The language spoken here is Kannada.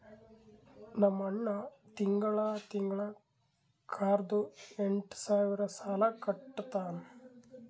ನಮ್ ಅಣ್ಣಾ ತಿಂಗಳಾ ತಿಂಗಳಾ ಕಾರ್ದು ಎಂಟ್ ಸಾವಿರ್ ಸಾಲಾ ಕಟ್ಟತ್ತಾನ್